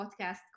podcast